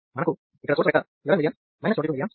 మనకు ఇక్కడ source vector 11 mA 22 mA 11 V ఉంది